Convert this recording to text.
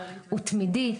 הוא תמידי.